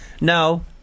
no